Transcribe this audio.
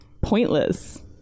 pointless